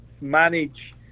manage